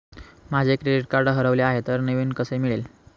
माझे credit card हरवले आहे तर नवीन कसे मिळेल?